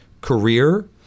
career